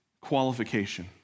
qualification